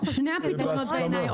שני הפתרונות בסדר בעיניי,